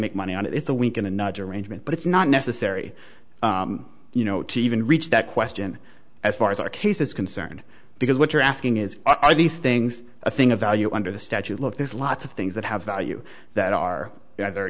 make money on it it's a wink and a nudge arrangement but it's not necessary you know to even reach that question as far as our case is concerned because what you're asking is are these things a thing of value under the statue look there's lots of things that have value that are